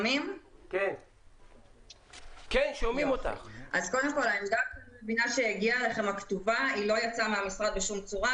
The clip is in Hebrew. אז קודם כול העמדה הכתובה שהגיעה אליכם לא יצאה מהמשרד בשום צורה.